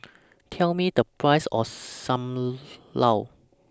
Tell Me The Price of SAM Lau